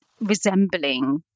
resembling